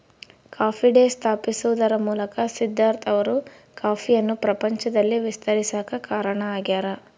coffee day ಸ್ಥಾಪಿಸುವದರ ಮೂಲಕ ಸಿದ್ದಾರ್ಥ ಅವರು ಕಾಫಿಯನ್ನು ಪ್ರಪಂಚದಲ್ಲಿ ವಿಸ್ತರಿಸಾಕ ಕಾರಣ ಆಗ್ಯಾರ